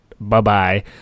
bye-bye